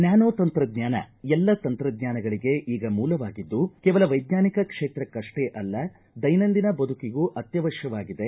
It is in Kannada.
ನ್ನಾನೋ ತಂತ್ರಜ್ಞಾನ ಎಲ್ಲ ತಂತ್ರಜ್ಞಾನಗಳಿಗೆ ಈಗ ಮೂಲವಾಗಿದ್ದು ಕೇವಲ ವೈಜ್ಞಾನಿಕ ಕ್ಷೇತ್ರಕಷ್ಷೇ ಅಲ್ಲ ದೈನಂದಿನ ಬದುಕಿಗೂ ಅತ್ಯವಶ್ಯವಾಗಿದೆ